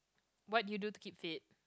what do you do to keep fit